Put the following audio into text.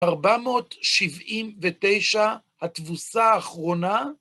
479, התבוסה האחרונה.